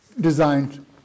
designed